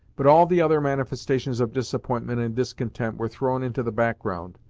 but all the other manifestations of disappointment and discontent were thrown into the background,